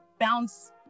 bounce